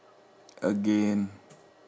again